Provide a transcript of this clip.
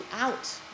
out